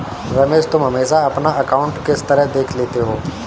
रमेश तुम हमेशा अपना अकांउट किस तरह देख लेते हो?